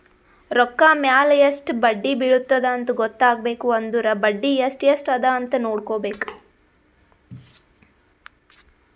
ರೊಕ್ಕಾ ಮ್ಯಾಲ ಎಸ್ಟ್ ಬಡ್ಡಿ ಬಿಳತ್ತುದ ಅಂತ್ ಗೊತ್ತ ಆಗ್ಬೇಕು ಅಂದುರ್ ಬಡ್ಡಿ ಎಸ್ಟ್ ಎಸ್ಟ್ ಅದ ಅಂತ್ ನೊಡ್ಕೋಬೇಕ್